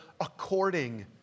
according